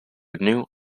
new